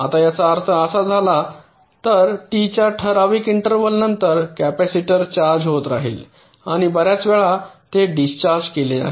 आता याचा अर्थ असा झाला तर टीच्या ठराविक इंटर्वल नंतर कॅपेसिटर चार्ज होत राहील आणि बर्याच वेळा ते डिस्चार्ज केले आहे